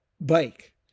bike